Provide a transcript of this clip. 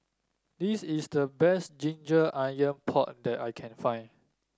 this is the best ginger onion pork that I can find